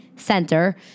Center